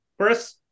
Chris